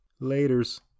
Laters